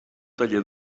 taller